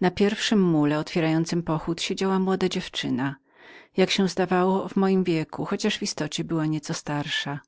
na pierwszym mule otwierającym pochód siedziała młoda dziewczyna jak się zdawało mego wieku chociaż w istocie była nieco starszą zagat